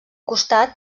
costat